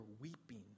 weeping